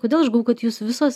kodėl aš galvojau kad jūs visos